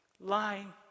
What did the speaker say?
lying